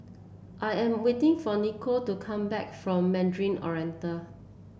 I am waiting for Nikole to come back from Mandarin Oriental